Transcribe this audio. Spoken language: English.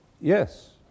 yes